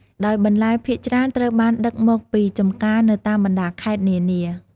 ដោយបន្លែភាគច្រើនត្រូវបានដឹកមកពីចំការនៅតាមបណ្តាខេត្តនានា។